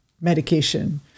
medication